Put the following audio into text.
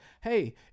hey